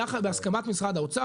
בהסכמת משרד האוצר,